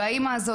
האימא הזאת,